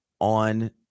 on